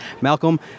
Malcolm